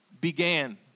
Began